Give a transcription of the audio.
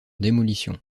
démolition